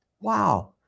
Wow